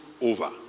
over